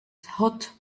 hot